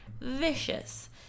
vicious